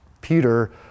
Peter